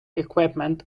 equipment